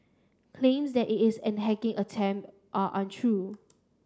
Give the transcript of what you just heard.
claims that it is a hacking attempt are untrue